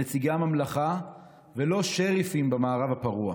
נציגי הממלכה ולא שריפים במערב הפרוע.